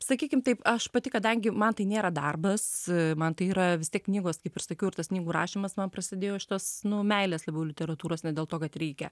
sakykim taip aš pati kadangi man tai nėra darbas man tai yra vis tiek knygos kaip ir sakiau ir tas knygų rašymas man prasidėjo šitos nu meilės labiau literatūros ne dėl to kad reikia